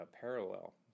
parallel